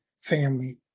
family